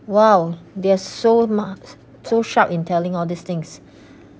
!wow! they are so marks so sharp in telling all these things